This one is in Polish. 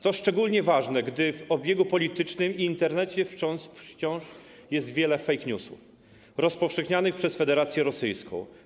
To szczególnie ważne, gdy w obiegu politycznym i Internecie wciąż jest wiele fake newsów rozpowszechnianych przez Federację Rosyjską.